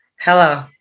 Hello